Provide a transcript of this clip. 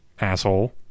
asshole